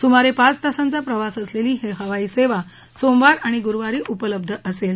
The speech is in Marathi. सुमारे पाच तासांचा प्रवास असलेली ही हवाईसेवा सोमवार आणि गुरुवारी उपलब्ध असेल